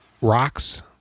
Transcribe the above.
rocks